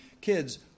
kids